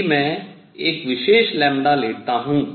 यदि मैं एक विशेष लेता हूँ